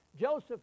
Joseph